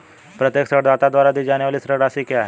प्रत्येक ऋणदाता द्वारा दी जाने वाली ऋण राशि क्या है?